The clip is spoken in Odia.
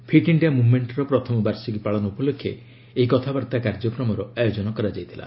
ଫିଟ୍ ଇଣ୍ଡିଆ ମୁମେଣ୍ଟର ପ୍ରଥମ ବାର୍ଷିକୀ ପାଳନ ଉପଲକ୍ଷେ ଏହି କଥାବାର୍ତ୍ତା କାର୍ଯ୍ୟକ୍ରମର ଆୟୋଜନ କରାଯାଇଥିଲା